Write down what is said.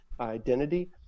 identity